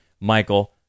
Michael